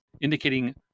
indicating